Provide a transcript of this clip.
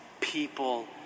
people